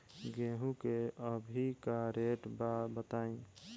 गेहूं के अभी का रेट बा बताई?